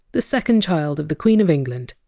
the second child of the queen of england,